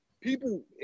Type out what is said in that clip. People